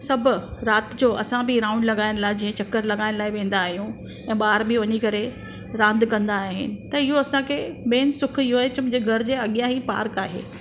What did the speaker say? सभु राति जो असां बि रॉउंड लगाइण लाइ जीअं चकर लगाइण लाइ वेंदा आहियूं ऐं ॿार बि वञी करे रांदि कंदा आहिनि त इहो असांखे मेन सुख़ु इहो आहे की असांजे घर जे अॻियां ई पार्क आहे